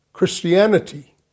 Christianity